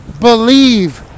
believe